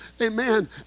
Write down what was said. amen